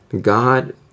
God